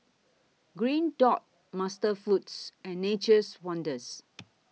Green Dot MasterFoods and Nature's Wonders